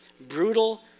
brutal